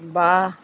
ਵਾਹ